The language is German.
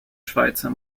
schweizer